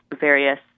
various